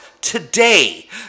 today